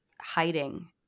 hiding